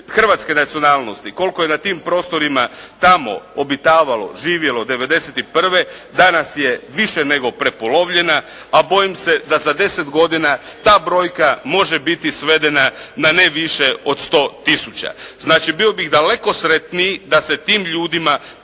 hrvatske nacionalnosti koliko je na tim prostorima tamo obitavalo, živjelo '91. danas je više nego prepolovljena, a bojim se da za 10 godina ta brojka može biti svedena na ne više od 100 tisuća. Znači, bio bih daleko sretniji da se tim ljudima